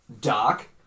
doc